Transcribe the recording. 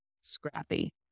scrappy